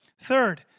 Third